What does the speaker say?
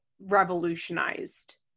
revolutionized